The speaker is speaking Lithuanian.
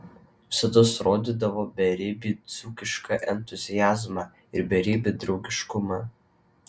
visados rodydavo beribį dzūkišką entuziazmą ir beribį draugiškumą